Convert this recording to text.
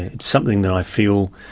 it's something that i feel,